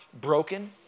broken